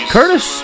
Curtis